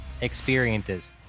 experiences